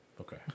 Okay